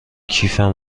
کیفم